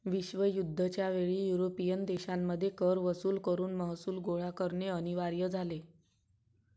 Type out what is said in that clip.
विश्वयुद्ध च्या वेळी युरोपियन देशांमध्ये कर वसूल करून महसूल गोळा करणे अनिवार्य झाले